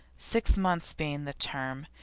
six months being the term,